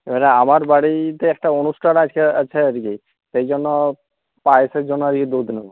এবারে আমার বাড়িতে একটা অনুষ্ঠান আজকে আছে আর কি সেই জন্য পায়েসের জন্য আজকে দুধ নেব